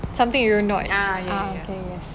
something you are not ah okay yes